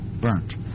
Burnt